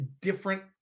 different